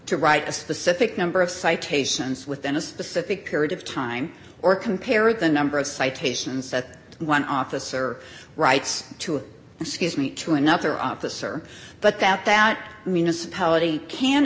to write a specific number of citations within a specific period of time or compare the number of citations that one officer writes to excuse me to another officer but that that